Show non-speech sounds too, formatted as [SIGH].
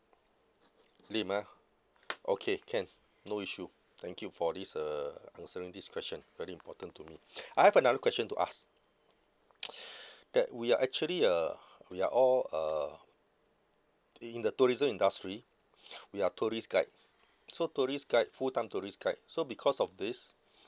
lim ah okay can no issue thank you for this uh answering this question very important to me I have another question to ask [NOISE] that we are actually uh we are all uh in in the tourism industry we are tourist guide so tourist guide full time tourist guide so because of this